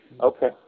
Okay